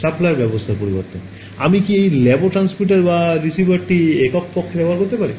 ছাত্র ছাত্রী আমি কি এই লাবো ট্রান্সমিট এবং রিসিভারটি একক পক্ষে ব্যবহার করতে পারি